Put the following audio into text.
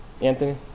Anthony